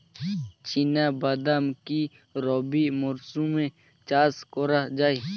চিনা বাদাম কি রবি মরশুমে চাষ করা যায়?